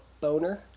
Boner